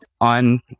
on